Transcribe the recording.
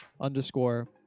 underscore